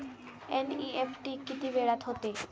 NEFT किती वेळात होते?